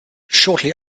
shortly